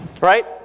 Right